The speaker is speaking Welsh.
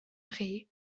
chi